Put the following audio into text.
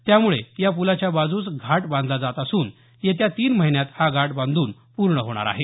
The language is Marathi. त्यामुळे या पुलाच्या बाजूस घाट बांधला जात असून येत्या तीन महिन्यात हा घाट बांधून पूर्ण होणार आहे